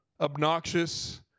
obnoxious